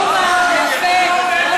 חשומה עליכם.